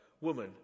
Woman